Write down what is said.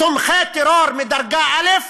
תומכי טרור מדרגה א'